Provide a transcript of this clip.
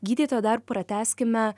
gydytoja dar pratęskime